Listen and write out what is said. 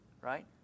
right